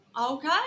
Okay